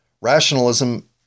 Rationalism